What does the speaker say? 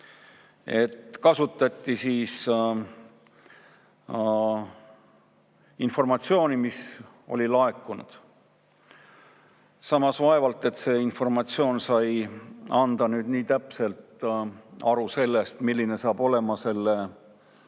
ja kasutati informatsiooni, mis oli laekunud. Samas, vaevalt see informatsioon sai anda nii täpselt aru sellest, milline saab olema